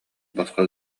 босхо